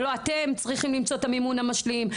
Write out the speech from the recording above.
ולא אתם צריכים למצוא את המימון המשלים.